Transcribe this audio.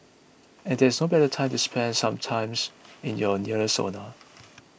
and there is no better time to spend some times in your nearest sauna